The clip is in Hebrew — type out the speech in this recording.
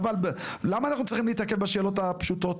חבל, למה אנחנו צריכים להתעכב בשאלות הפשוטות?